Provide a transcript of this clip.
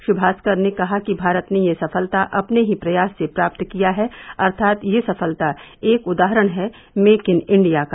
श्री भास्कर ने कहा कि भारत ने यह सफलता अपने ही प्रयास से प्राप्त किया है अर्थात यह सफलता एक उदाहरण है मेक इन इंडिया का